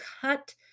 cut